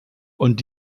und